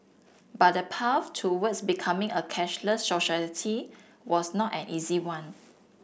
but the path towards becoming a cashless society was not an easy one